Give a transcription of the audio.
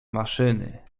maszyny